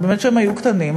באמת כשהם היו קטנים,